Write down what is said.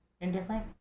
Indifferent